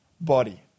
body